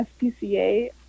SPCA